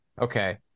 Okay